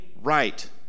right